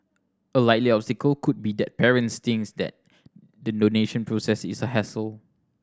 a likely obstacle could be that parents thinks that the donation process is a hassle